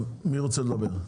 מי רוצה לדבר?